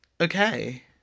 okay